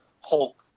Hulk